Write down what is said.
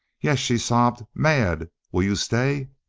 yes, she sobbed. mad! will you stay?